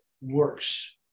works